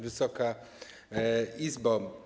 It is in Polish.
Wysoka Izbo!